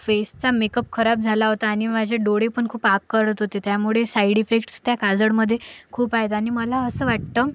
फेसचा makeup खराब झाला होता आणि माझे डोळेपण खूप आग करत होते त्यामुळे साईड इफेक्ट्स त्या काजळमधे खूप आहेत आणि मला असं वाटतं